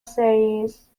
series